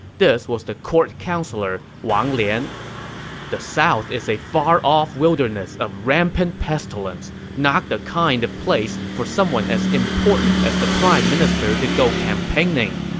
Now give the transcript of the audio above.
this was the court counselor wang lian the south is a far-off wilderness of rampant pestilence, not the kind of place for someone as important as the prime minister to go campaigning.